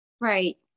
Right